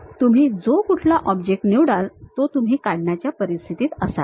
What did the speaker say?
तुम्ही जो कुठला ऑब्जेक्ट निवडाल तो तुम्ही काढण्याच्या परिस्थितीत असाल